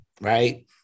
right